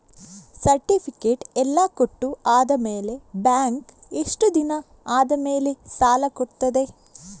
Certificate ಎಲ್ಲಾ ಕೊಟ್ಟು ಆದಮೇಲೆ ಬ್ಯಾಂಕ್ ಎಷ್ಟು ದಿನ ಆದಮೇಲೆ ಸಾಲ ಕೊಡ್ತದೆ?